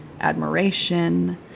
admiration